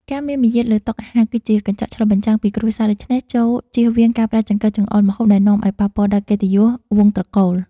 ការមានមារយាទលើតុអាហារគឺជាកញ្ចក់ឆ្លុះបញ្ចាំងពីគ្រួសារដូច្នេះចូរចៀសវាងការប្រើចង្កឹះចង្អុលម្ហូបដែលនាំឱ្យប៉ះពាល់ដល់កិត្តិយសវង្សត្រកូល។